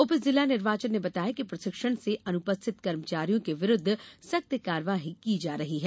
उप जिला निर्वाचन ने बताया कि प्रशिक्षण से अनुपस्थित कर्मचारियों के विरूद्ध सख्त कार्यवाही की जा रही है